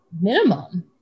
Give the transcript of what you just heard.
minimum